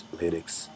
lyrics